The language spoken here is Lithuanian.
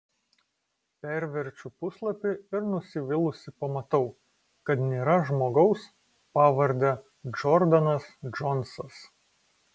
perverčiu puslapį ir nusivylusi pamatau kad nėra žmogaus pavarde džordanas džonsas